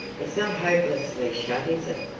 it's not hopelessly shut is it?